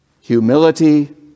humility